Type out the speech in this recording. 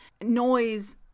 noise